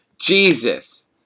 Jesus